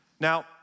Now